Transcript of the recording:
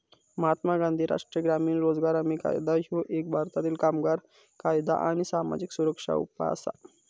महात्मा गांधी राष्ट्रीय ग्रामीण रोजगार हमी कायदा ह्यो एक भारतीय कामगार कायदा आणि सामाजिक सुरक्षा उपाय असा